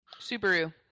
Subaru